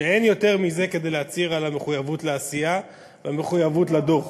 ואין יותר מזה כדי להצהיר על המחויבות לעשייה ומחויבות לדוח.